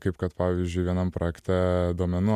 kaip kad pavyzdžiui vienam projekte duomenų